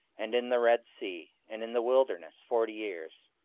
and in the red sea, and in the wilderness forty years.